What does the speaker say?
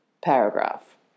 paragraph